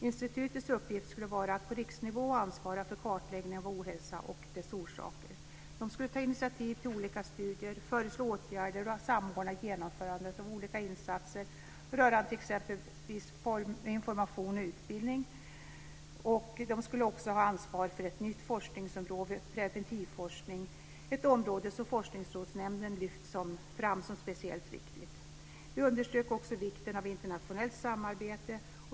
Institutets uppgift skulle vara att på riksnivå ansvara för kartläggning av ohälsa och dess orsaker. Det skulle ta initiativ till olika studier, föreslå åtgärder och samordna genomförandet av olika insatser rörande t.ex. information och utbildning. Det skulle också ha ansvar för ett nytt forskningsområde, dvs. preventivforskning - ett område som Forskningsrådsnämnden lyft fram som speciellt viktigt. Vi underströk också vikten av internationellt samarbete.